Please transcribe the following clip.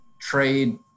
trade